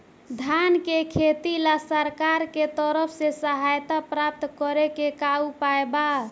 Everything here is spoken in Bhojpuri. धान के खेती ला सरकार के तरफ से सहायता प्राप्त करें के का उपाय बा?